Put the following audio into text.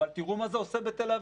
אבל תראו מה זה עושה בתל אביב,